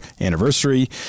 anniversary